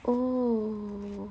oh